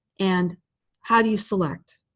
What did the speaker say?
and how do you select